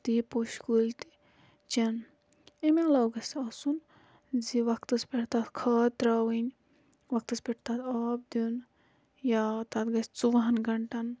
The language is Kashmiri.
تہِ یہِ پوشہِ کُلۍ تہِ چَن امہ عَلاو گَژھِ آسُن زِ وَقتَس پیٹھ تَتھ کھاد تراوٕنۍ وَقتَس پیٹھ تَتھ آب دیُن یا تَتھ گَژھِ ژووُہَن گَنٹَن